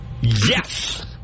Yes